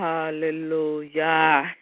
Hallelujah